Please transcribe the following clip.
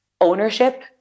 ownership